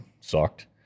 sucked